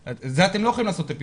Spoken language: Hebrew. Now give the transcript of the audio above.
את הפילוח הזה אתם לא יכולים לעשות.